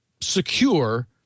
Secure